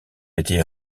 été